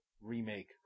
remake